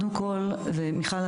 ומיכל,